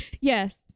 Yes